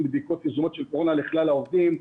בדיקות יזומות של קורונה לכלל העובדים.